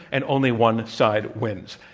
and only one side wins.